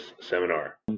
seminar